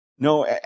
No